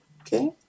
Okay